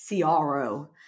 CRO